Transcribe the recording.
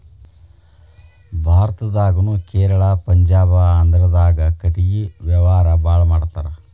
ಭಾರತದಾಗುನು ಕೇರಳಾ ಪಂಜಾಬ ಆಂದ್ರಾದಾಗ ಕಟಗಿ ವ್ಯಾವಾರಾ ಬಾಳ ಮಾಡತಾರ